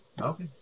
Okay